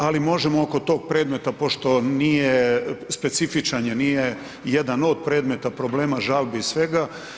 Ali možemo oko tog predmeta pošto nije, specifičan je, nije jedan od predmeta problema, žalbi i svega.